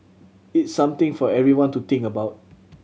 it's something for everyone to think about